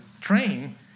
train